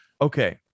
Okay